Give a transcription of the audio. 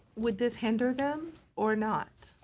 would this hinder them or not?